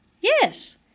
Yes